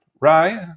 right